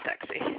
sexy